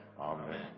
Amen